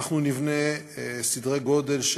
אנחנו נבנה סדרי גודל,